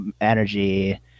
energy